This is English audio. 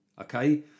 Okay